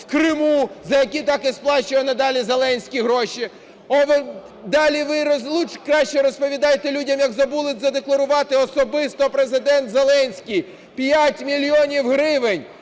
в Криму, за які так і сплачує надалі Зеленський гроші. Далі ви краще розповідайте людям, як забули задекларувати, особисто Президент Зеленський, 5 мільйонів гривень